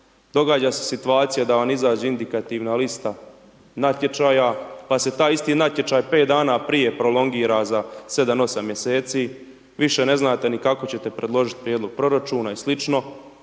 Događa se situacija da vam izađe indikativna lista natječaja pa se taj isti natječaj 5 dana prije prolongira za 7, 8 mjeseci. Više ne znate ni kako ćete predložiti prijedlog proračuna i sl.